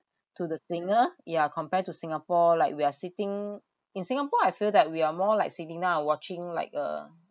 to the singer yeah compare to singapore like we are sitting in singapore I feel that we are more like cinema watching like a